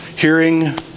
hearing